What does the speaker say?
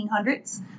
1800s